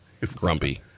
Grumpy